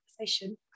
conversation